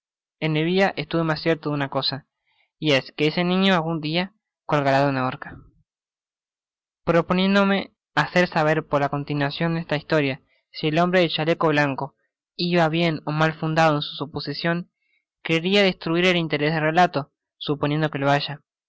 estuve mas cierto de una cosa y es que ese niño algun dia colgará de una horca proponiéndome hacer éaber por la continuacion de esta historia si el hombre del chaleco blanco iba bien ó mal fundado en su suposicion creeria destruir el interés del relato suponiendo que lo haya aventurándome á